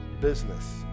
business